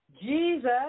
Jesus